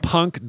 Punk